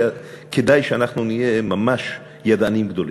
וכדאי שאנחנו נהיה ממש ידענים גדולים,